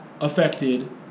affected